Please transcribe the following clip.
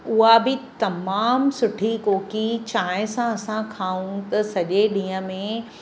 उहा बि तमामु सुठी कोकी चांहिं सां असां खाऊं त सॼे ॾींहुं में